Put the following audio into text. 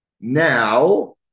Now